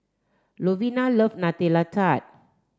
Lovina love Nutella Tart